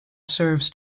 serves